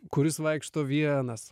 kuris vaikšto vienas